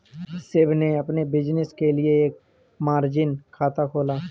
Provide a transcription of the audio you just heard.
शिव ने अपने बिज़नेस के लिए एक मार्जिन खाता खोला